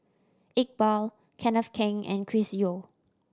Iqbal Kenneth Keng and Chris Yeo